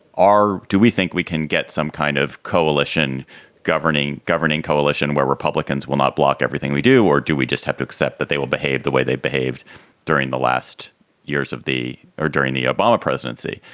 do we think we can get some kind of coalition governing, governing coalition where republicans will not block everything we do or do we just have to accept that they will behave the way they behaved during the last years of the or during the obama presidency?